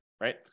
right